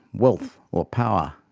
wealth or power.